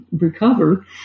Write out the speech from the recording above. recover